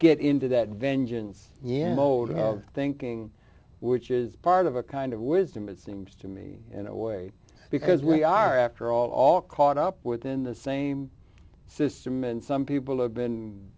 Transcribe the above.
get into that vengeance yeah hold of thinking which is part of a kind of wisdom it seems to me in a way because we are after all all caught up within the same system and some people have been